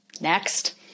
next